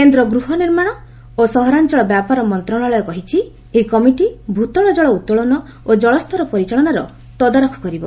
କେନ୍ଦ୍ର ଗୃହ ନିର୍ମାଣ ଓ ସହରାଞ୍ଚଳ ବ୍ୟାପାର ମନ୍ତ୍ରଣାଳୟ କହିଛି ଏହି କମିଟି ଭୂତଳ ଜଳ ଉତ୍ତୋଳନ ଓ ଜଳସ୍ତର ପରିଚାଳନାର ତଦାରଖ କରିବ